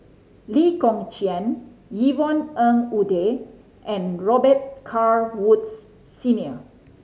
Lee Kong Chian Yvonne Ng Uhde and Robet Carr Woods Senior